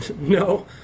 no